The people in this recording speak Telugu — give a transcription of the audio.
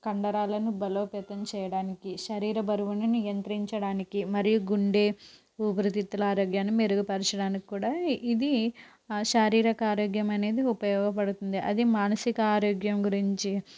కండరాలను బలోపేతం చేయడానికి శరీర బరువును నియంత్రించడానికి మరియు గుండె ఊపిరితిత్తుల ఆరోగ్యానికి మెరుగుపరచడానికి కూడా ఇది శారీరిక ఆరోగ్యమనేది ఉపయోగపడుతుంది అది మానసిక ఆరోగ్యం గురించి